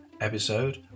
episode